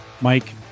Mike